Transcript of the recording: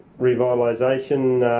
revitalisation.